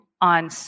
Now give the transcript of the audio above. on